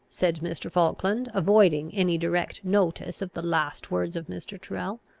said mr. falkland, avoiding any direct notice of the last words of mr. tyrrel,